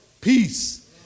peace